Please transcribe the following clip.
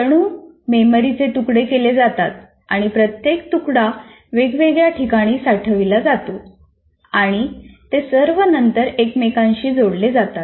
जणू मेमरीचे तुकडे केले जातात आणि प्रत्येक तुकडा वेगवेगळ्या ठिकाणी साठविला जातो आणि ते सर्व नंतर एकमेकांशी जोडले जातात